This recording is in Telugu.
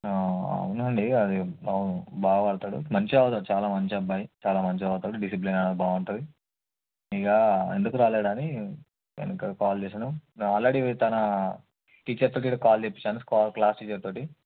అవునండి అది తను బాగా పాడతాడు మంచిగా చదువుతాడు చాలా మంచి అబ్బాయి చాలా మంచిగా చదువుతాడు డిసిప్లెయిన్ అది బాగుంటుంది ఇక ఎందుకు రాలేదని నేను ఇక్కడ కాల్ చేసాను ఆల్రెడీ తన టీచర్తో కూడా కాల్ చేపించాను క్లాస్ టీచర్తో